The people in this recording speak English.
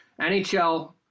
NHL